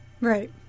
right